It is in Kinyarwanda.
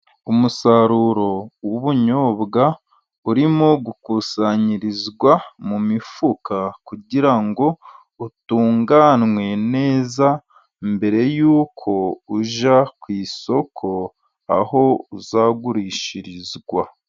Umusaruro w'ubunyobwa uri gukusanyirizwa mu mifuka, kugira ngo utunganwe neza, mbere yuko ujya ku isoko aho uzagurishirizwa.